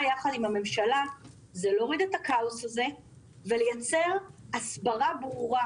ביחד עם הממשלה הוא להוריד את הכאוס הזה ולייצר הסברה ברורה,